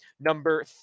number